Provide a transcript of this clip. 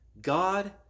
God